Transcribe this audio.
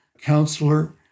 counselor